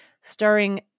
starring